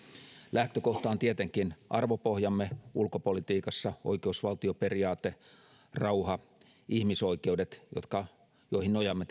lähtökohta on tietenkin arvopohjamme ulkopolitiikassa oikeusvaltioperiaate rauha ihmisoikeudet joihin nojaamme